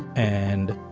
and.